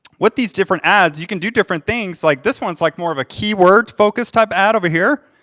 with these different ads, you can do different things. like this one's like more of a keyword focus type ad over here.